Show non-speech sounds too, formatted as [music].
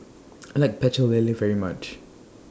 [noise] I like Pecel Lele very much